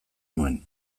nuen